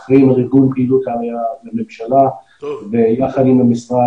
אחראים על ארגון פעילות העלייה עם הממשלה ויחד עם המשרד